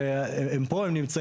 ופה הם נמצאים.